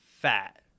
fat